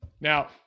Now